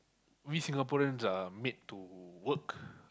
we Singaporeans are made to work